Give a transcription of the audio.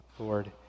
Lord